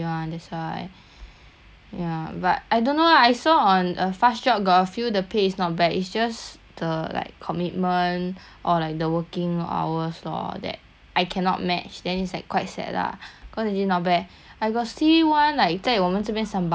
ya but I don't know ah I saw on uh fastjobs got a few the pay is not bad it's just the like commitment or like the working hours lor that I cannot match then it's like quite sad lah cause actually not bad I got see one like 在我们这边 sembawang eh it's some cafe thing but